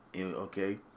Okay